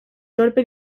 torpe